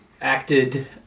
acted